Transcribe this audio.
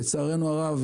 לצערנו הרב,